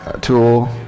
tool